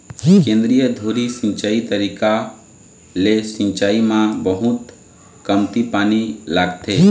केंद्रीय धुरी सिंचई तरीका ले सिंचाई म बहुत कमती पानी लागथे